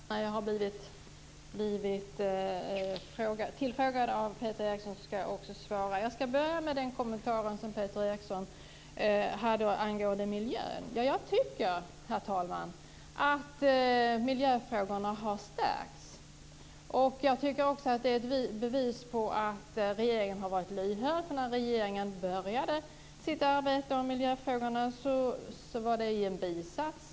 Herr talman! När jag har blivit tillfrågad av Peter Eriksson skall jag också svara. Jag skall börja med Herr talman! Miljöfrågorna har stärkts. Det är ett bevis på att regeringen har varit lyhörd. Regeringen påbörjade sitt arbete med miljöfrågorna i en bisats.